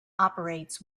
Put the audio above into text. operates